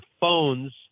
phones